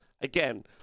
again